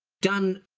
done,